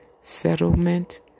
settlement